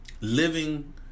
living